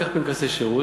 קח פנקסי שירות,